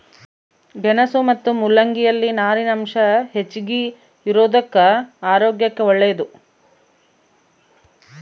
ಗೆಣಸು ಮತ್ತು ಮುಲ್ಲಂಗಿ ಯಲ್ಲಿ ನಾರಿನಾಂಶ ಹೆಚ್ಚಿಗಿರೋದುಕ್ಕ ಆರೋಗ್ಯಕ್ಕೆ ಒಳ್ಳೇದು